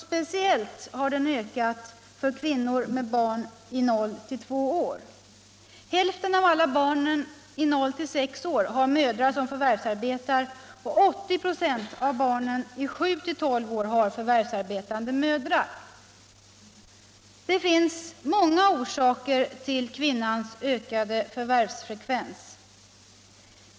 Speciellt har den ökat för kvinnor med barn i åldern 0-2 år. Hälften av barnen i åldern 0-6 år har mödrar som förvärvsarbetar, och 80 96 av barnen i åldern 7-12 har förvärvsarbetande mödrar. Det finns många orsaker till kvinnans ökade förvärvsfrekvens.